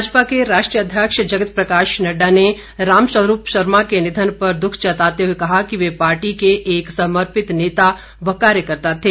भाजपा के राष्ट्रीय अध्यक्ष जगत प्रकाश नड़डा ने रामस्वरूप शर्मा के निधन पर द्ख जताते हुए कहा कि वे पार्टी के एक समर्पित नेता व कार्यकर्ता थे